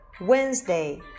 Wednesday